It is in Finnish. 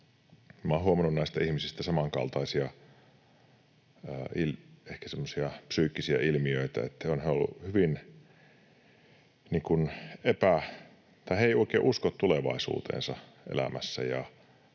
Olen huomannut näistä ihmisistä samankaltaisia ehkä semmoisia psyykkisiä ilmiöitä, että he eivät oikein usko tulevaisuuteensa elämässä